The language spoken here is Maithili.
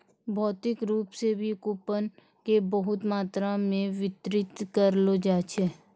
भौतिक रूप से भी कूपन के बहुते मात्रा मे वितरित करलो जाय छै